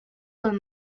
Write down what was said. con